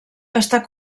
està